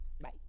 Bye